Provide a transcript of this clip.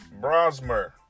Brosmer